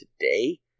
today